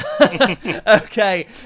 Okay